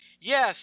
Yes